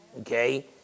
Okay